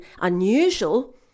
unusual